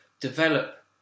develop